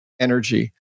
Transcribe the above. energy